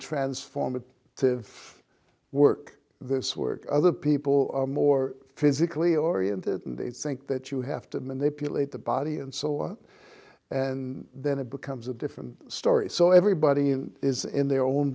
transform it to work this work other people are more physically oriented and they think that you have to manipulate the body and soul and then it becomes a different story so everybody is in their own